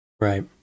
Right